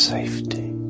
Safety